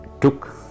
took